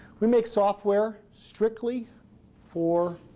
we make software strictly for